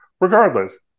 Regardless